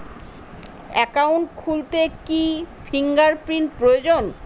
Account খুলতে কি fingerprint প্রয়োজন?